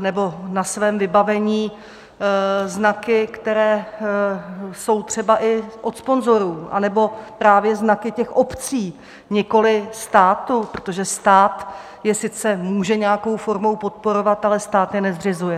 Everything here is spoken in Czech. nebo na svém vybavení znaky, které jsou třeba i od sponzorů, nebo právě znaky těch obcí, nikoliv státu, protože stát je sice může nějakou formou podporovat, ale stát je nezřizuje.